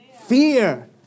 fear